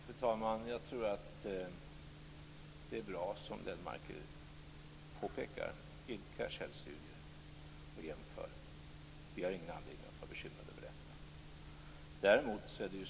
Fru talman! Jag tror att det, som Göran Lennmarker påpekar, är bra att idka självstudier och att jämföra. Vi har ingen anledning att vara bekymrade över detta.